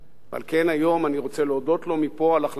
על כן היום אני רוצה להודות לו מפה על החלטתו.